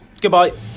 goodbye